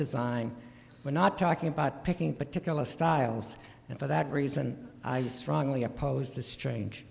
design we're not talking about picking particular styles and for that reason i strongly opposed the strange